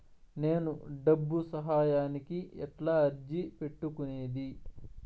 నేను డబ్బు సహాయానికి ఎట్లా అర్జీ పెట్టుకునేది?